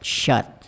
shut